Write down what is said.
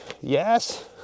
Yes